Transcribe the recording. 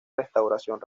restauración